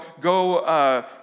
go